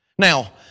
Now